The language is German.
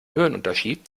höhenunterschied